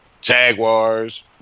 Jaguars